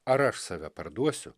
ar aš save parduosiu